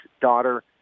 daughter